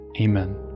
Amen